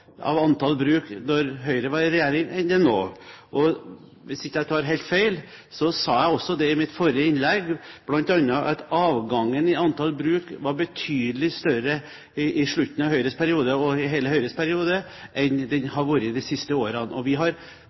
i antall bruk da Høyre var i regjering enn det er nå. Og hvis jeg ikke tar helt feil, sa jeg også i mitt forrige innlegg at avgangen i antall bruk var betydelig større på slutten av Høyres periode enn den har vært de siste årene. Og til tross for at det var oppgangstid i Norge i begynnelsen av forrige regjeringsperiode, har vi